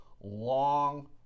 Long